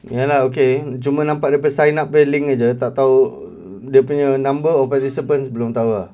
ya lah okay cuba nampak dia punya sign up punya link saja tak tahu dia punya number of peserta belum tahu lah